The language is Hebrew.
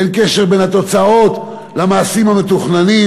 אין קשר בין התוצאות למעשים המתוכננים,